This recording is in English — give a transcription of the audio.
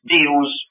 deals